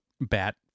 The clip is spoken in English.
bat